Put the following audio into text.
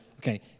okay